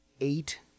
Eight